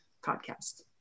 podcast